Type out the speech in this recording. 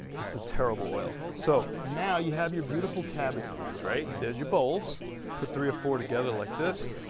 it's a terrible oil. so now you have your beautiful cabbage leaves right? there's your bowls put three or four together like this.